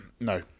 no